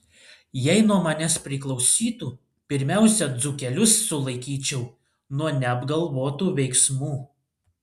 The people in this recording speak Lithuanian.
jei nuo manęs priklausytų pirmiausia dzūkelius sulaikyčiau nuo neapgalvotų veiksmų